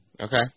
Okay